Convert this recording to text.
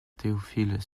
théophile